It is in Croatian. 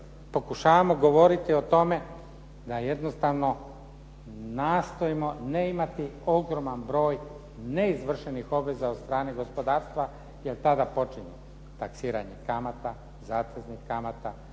pokušavamo govoriti o tome da jednostavno nastojimo ne imati ogroman broj neizvršenih obveza od strane gospodarstva jer tada počinje taksiranje kamata, zateznih kamata,